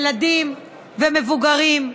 ילדים ומבוגרים,